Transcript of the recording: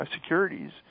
securities